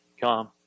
come